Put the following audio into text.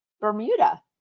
Bermuda